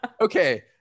Okay